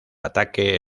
ataque